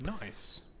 Nice